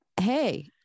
Hey